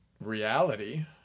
reality